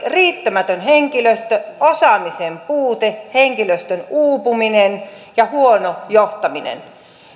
riittämätön henkilöstö osaamisen puute henkilöstön uupuminen ja huono johtaminen